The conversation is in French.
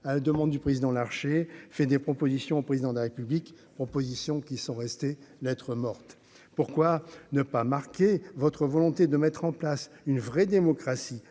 à la demande du président Larché, fait des propositions au président de la République, propositions qui sont restées lettre morte, pourquoi ne pas marquer votre volonté de mettre en place une vraie démocratie